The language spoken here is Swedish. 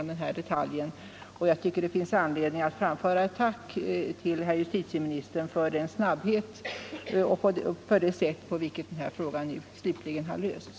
Det finns anledning att framföra ett tack till herr justitieministern för den snabbhet med vilken denna fråga nu slutligen lösts och det sätt på vilket den har lösts.